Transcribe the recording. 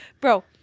Bro